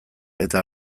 eta